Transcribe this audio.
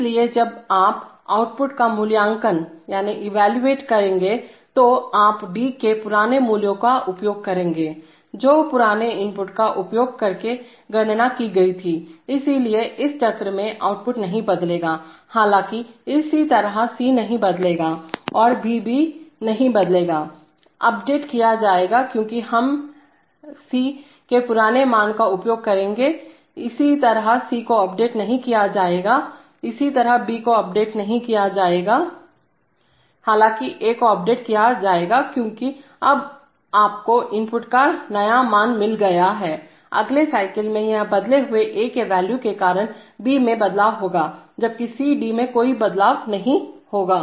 इसलिए जब आप आउटपुट का मूल्यांकन इवेलुएट करेंगे तो आप D के पुराने मूल्य का उपयोग करेंगे जो पुराने इनपुट का उपयोग करके गणना की गई थी इसलिए इस चक्र में आउटपुट नहीं बदलेगा हालांकि इसी तरह C नहीं बदलेगा और बी भी नहीं बदलेगा अपडेट किया जाएगा क्योंकि हम हैं हम C के पुराने मान का उपयोग करेंगे इसी तरह C को अपडेट नहीं किया जाएगा इसी तरह B को अपडेट नहीं किया जाएगा हालांकि A को अपडेट किया जाएगा क्योंकि अब आपको इनपुट का नया मान मिल गया है अगले साइकिल में यह बदले हुए A के वॉल्यू के कारण B में बदलाव होगा जबकि C और D मैं कोई बदलाव नहीं होगा